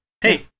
Hey